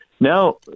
Now